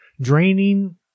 draining